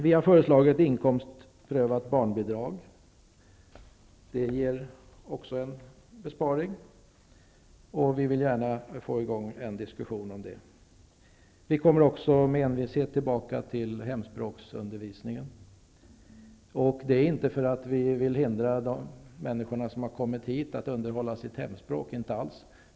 Vi har föreslagit inkomstprövat barnbidrag. Det ger också en besparing, och vi vill gärna få i gång en diskussion om det. Vi kommer också med envishet tillbaka till hemspråksundervisningen. Vi vill inte alls hindra de människor som kommit hit att underhålla sitt hemspråk.